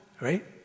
right